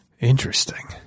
Interesting